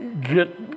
get